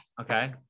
Okay